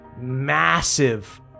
massive